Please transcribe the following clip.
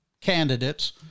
candidates